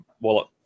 wallet